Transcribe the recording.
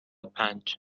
پنج